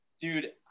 dude